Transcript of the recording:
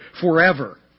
forever